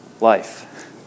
life